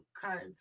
cards